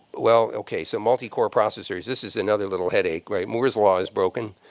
well, okay. so multicore processors. this is another little headache. moore's law is broken.